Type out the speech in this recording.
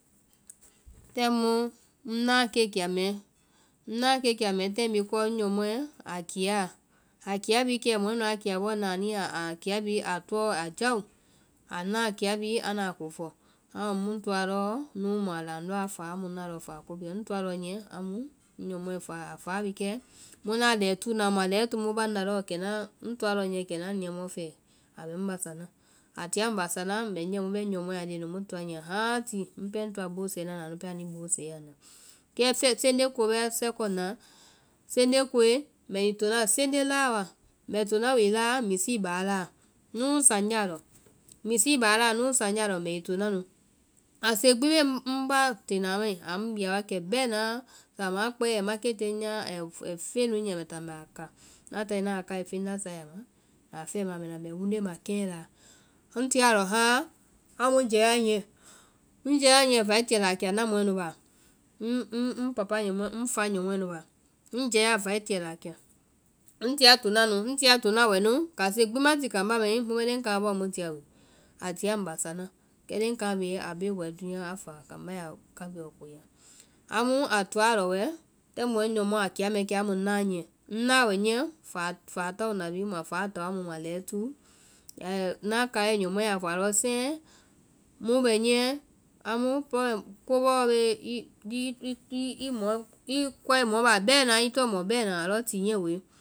taaŋ mu ŋ naã kɛkia mɛɛ, ŋ naã kɛkia, taaŋ bhii kɔ ŋ nyɔmɔɛ a kiya, a kiya bhii kɛ, mɔɛ nuã kiya bɔɔ naã anu, kiya bhii a tɔɔ a jao, a naã kiya bhii anda a kofɔ, amu mu toa lɔɔ nu amu muã laŋ andɔ a faa, amu mu naã faa ko bhii yɔ, ŋ toa lɔɔ nyiɛ kɛ ŋ nyɔmɔɛ a faa. A faa bhii kɛ́, mua na lɛɛtuu naã, muã lɛɛtuu mu baŋnda lɔɔ, kɛ naa, ŋ toa lɔɔ nyiɛ kɛ na niamɔɔ fɛɛ, a bɛ ŋ basa naã, a tia ŋ basa naã, mbɛ nyiɛ, mu bɛ ŋ nyɔmɔɛ a leŋɛ nu, mu toa niyɛ haãti, ŋ pɛɛ ŋ toa boo sɛɛ na anuã anu pɛɛ i boo sɛɛ ya ŋ nda. Kɛ senje koe bɛ second naa, senje koe. mbè wi tonaa na senje laa wa, mbɛ tona wi laa misii baa laa, nuu sanja lɔ, misii baa laa nuu sanja lɔ mbɛ wi tona nu. kase gbi bee ŋ bá tenaã mai, a ŋ bia wa kɛ bɛnaa, samaã a kpɛe ai maketi nyia, ai feŋɛ nu nyia mbɛ táa mbɛ a ka, ŋna tae ŋna a kae feŋ a sae a ma, mbɛ a fɛma mbɛ na wonde ma keŋɛ laa. Ŋ tia a lɔ hãa amu ŋ jɛa niyɛ, ŋ jɛa niyɛ vɛi tiɛla kia ŋna mɔɛ nu baa,ŋ fa nyɔmɔɛ nu baa, ŋ jɛa vɛi tiɛla kia, ŋ tia tona nu, ŋ tia tona wɛ nu, kase gbi ma ti kambá mai, mu bɛ leŋ kaima bɔɔ mu tia wi, a tia ŋ basa na, kɛ kai bhii a bee wɛɛ dúunya a faa, kambá ya a kabuɛ lɔ koyaa. Amu a toa a lɔ wɛɛ taaŋ mu ŋ nyɔmɔɛ a kiya mɛɛ kɛ amu ŋna niyɛ, ŋ naã wɛ niyɛ faa tao na bhii, mua faa tao amu muã lɛɛtuu, ŋna kai nyɔmɔ a fɔ a lɔ sɛi mu bɛ niyɛ amu i koa mɔ baa bɛna, i tɔŋ mɔ bɛɛna, alɔ ti niyɛ woe.